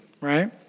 right